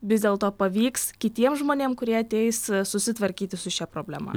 vis dėlto pavyks kitiem žmonėm kurie ateis susitvarkyti su šia problema